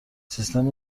سیستم